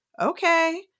Okay